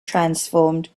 transformed